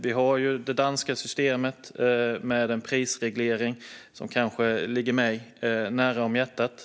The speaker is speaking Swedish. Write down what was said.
Vi har det danska systemet med en prisreglering, som kanske ligger mig nära hjärtat.